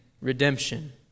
redemption